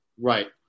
Right